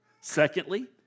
Secondly